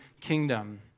kingdom